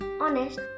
honest